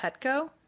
Petco